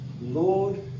Lord